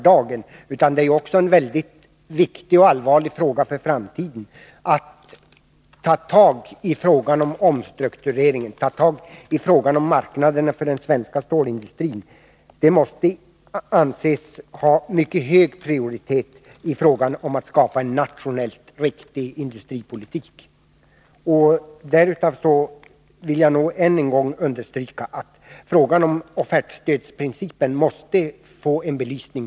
Det är viktigt inte bara för dagen utan också för framtiden att man tar tag i frågan om omstrukturering, att man tar tag i frågan om marknaden för den svenska stålindustrin. Målet att skapa en nationellt riktig industripolitik måste ges hög prioritet. Därför vill jag än en gång understryka att offertstödsprincipen måste få en belysning.